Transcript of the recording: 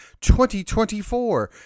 2024